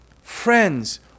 friends